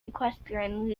equestrian